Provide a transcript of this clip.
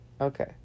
Okay